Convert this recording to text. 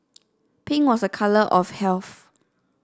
pink was a colour of health